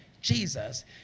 Jesus